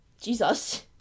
Jesus